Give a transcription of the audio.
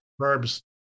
verbs